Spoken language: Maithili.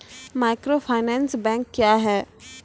माइक्रोफाइनेंस बैंक क्या हैं?